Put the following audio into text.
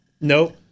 Nope